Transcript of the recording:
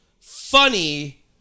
funny